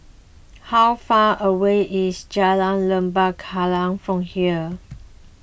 how far away is Jalan Lembah Kallang from here